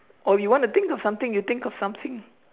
or you wanna think of something you think of something